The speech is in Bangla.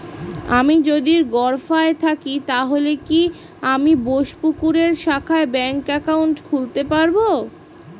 আমি যদি গরফায়ে থাকি তাহলে কি আমি বোসপুকুরের শাখায় ব্যঙ্ক একাউন্ট খুলতে পারবো?